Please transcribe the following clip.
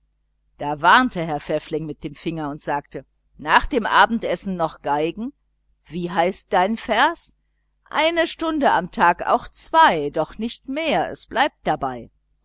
da warnte herr pfäffling mit dem finger und sagte nach dem abendessen noch geigen wie heißt dein vers eine stund am tag auch zwei doch nicht mehr es bleibt dabei